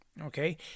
Okay